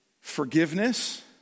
forgiveness